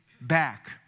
back